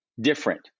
different